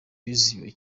bizihiwe